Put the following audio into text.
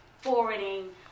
forwarding